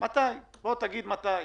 בוא תגיד מתי.